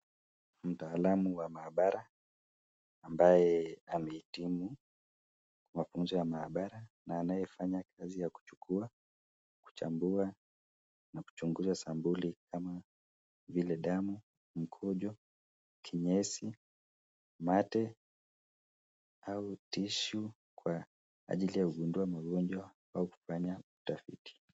Mtaalamu wa maabara ambaye amehitimu mafunzo ya maabara na anayefanya kazi ya kuchukua, kuchambua na kuchunguza sampuli kama vile damu, mkojo, kinyesi, mate au tishu kwa ajili ya kugundua magonjwa au kufanya utafiti.